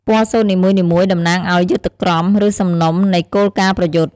ពណ៌សូត្រនីមួយៗតំណាងឱ្យ យុទ្ធក្រម ឬសំណុំនៃគោលការណ៍ប្រយុទ្ធ។